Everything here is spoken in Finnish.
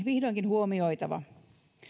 vihdoinkin huomioitava